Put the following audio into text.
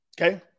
Okay